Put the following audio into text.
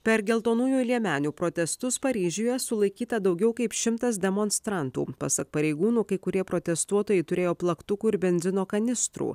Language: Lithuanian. per geltonųjų liemenių protestus paryžiuje sulaikyta daugiau kaip šimtas demonstrantų pasak pareigūnų kai kurie protestuotojai turėjo plaktukų ir benzino kanistrų